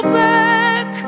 back